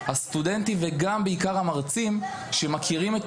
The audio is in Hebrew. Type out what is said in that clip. הסטודנטים וגם בעיקר המרצים שמכירים את